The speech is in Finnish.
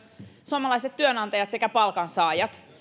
suomalaiset työnantajat sekä palkansaajat